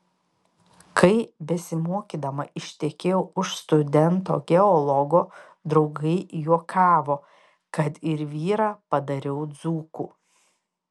kai besimokydama ištekėjau už studento geologo draugai juokavo kad ir vyrą padariau dzūku